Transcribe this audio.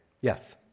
yes